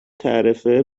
تعرفه